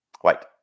White